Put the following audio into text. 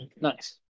Nice